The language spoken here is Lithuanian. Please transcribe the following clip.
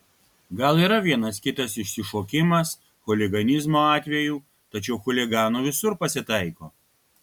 gal yra vienas kitas išsišokimas chuliganizmo atvejų tačiau chuliganų visur pasitaiko